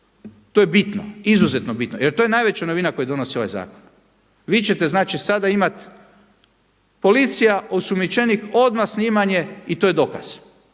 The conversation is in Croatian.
To je bitno, izuzetno bitno jer to je najveća novina koju donosi ovaj zakon. Vi ćete znači sada imati policija, osumnjičenik, odmah snimanje i to je dokaz.